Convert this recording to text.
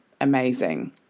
amazing